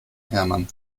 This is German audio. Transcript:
hermann